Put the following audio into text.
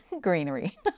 greenery